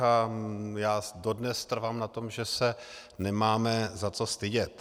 A já dodnes trvám na tom, že se nemáme za co stydět.